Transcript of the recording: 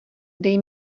dej